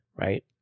right